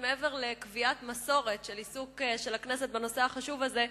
מעבר לקביעת מסורת של עיסוק של הכנסת בנושא החשוב הזה,